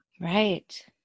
Right